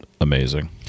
amazing